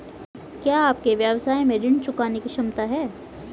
क्या आपके व्यवसाय में ऋण चुकाने की क्षमता है?